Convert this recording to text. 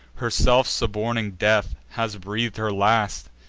herself suborning death, has breath'd her last.